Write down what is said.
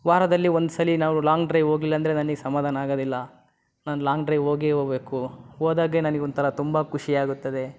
ವಾರದಲ್ಲಿ ಒಂದ್ಸಲ ನಾವು ಲಾಂಗ್ ಡ್ರೈವ್ ಹೋಗ್ಲಿಲ್ಲ ಅಂದರೆ ನನಗ್ ಸಮಾಧಾನ ಆಗೋದಿಲ್ಲ ನಾನು ಲಾಂಗ್ ಡ್ರೈವ್ ಹೋಗೇ ಹೋಬೇಕು ಹೋದಾಗ್ಲೇ ನನಗ್ ಒಂಥರ ತುಂಬ ಖುಷಿಯಾಗುತ್ತದೆ